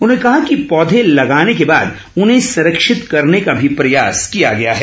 उन्होंने कहा कि पौधे लगाने के बाद उन्हें संरक्षित करने का भी प्रयास किया गया है